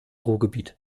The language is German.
ruhrgebiet